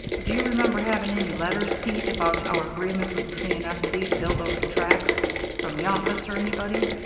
do you remember having any letters, pete, about our agreement with the c. and s. c. to build over the tracks from the office or anybody?